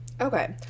Okay